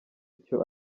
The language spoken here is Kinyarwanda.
icyo